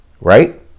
right